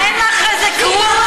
שהוא סיום הכיבוש,